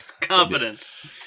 Confidence